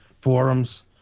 forums